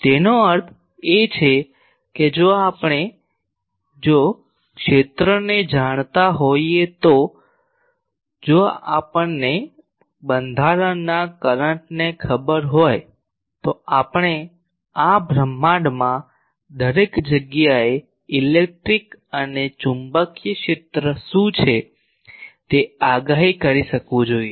તેનો અર્થ એ છે કે જો આપણે જો ક્ષેત્રને જાણતા હોઈએ તો જો આપણને બંધારણના કરંટ ને ખબર હોય તો આપણે આ બ્રહ્માંડમાં દરેક જગ્યાએ ઇલેક્ટ્રિક અને ચુંબકીય ક્ષેત્ર શું છે તે આગાહી કરી શકવું જોઈએ